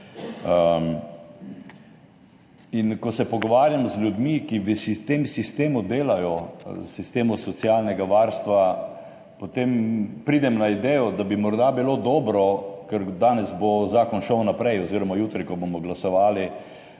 In ko se pogovarjam z ljudmi, ki v tem sistemu delajo, v sistemu socialnega varstva, potem pridem na idejo, da bi morda bilo dobro, ker danes bo zakon šel naprej oziroma jutri, ko bomo glasovali,